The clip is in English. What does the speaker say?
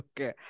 Okay